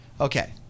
Okay